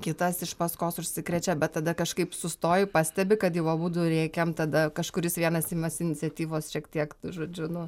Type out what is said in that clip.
kitas iš paskos užsikrečia bet tada kažkaip sustoji pastebi kad jau abudu rėkiam tada kažkuris vienas imasi iniciatyvos šiek tiek tai žodžiu nu